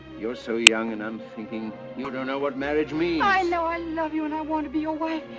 you're so young and unthinking. you don't know what marriage means. i know i love you and i want to be your wife.